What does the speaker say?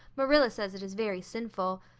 marilla says it is very sinful.